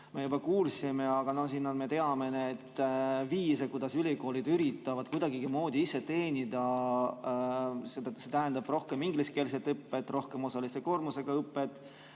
me juba kuulsime. Aga me teame neid viise, kuidas ülikoolid üritavad kuidagimoodi ise teenida. See tähendab rohkem ingliskeelset õpet, rohkem osalise koormusega õpet,